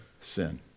sin